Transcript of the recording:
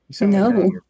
no